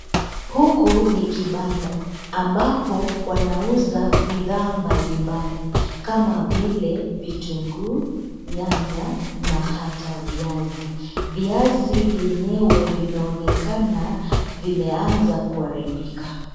Huku ni kibanda ambapo wanauza bidhaa mbalimbali kama vile vitunguu, nyanya na ata viazi. Viazi vyenyewe vimeonekana vimeaza kuharibika.